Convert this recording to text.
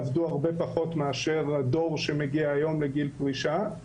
עבדו הרבה פחות מאשר הדור שמגיע היום לגיל פרישה.